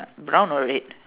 brown or red